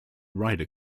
rider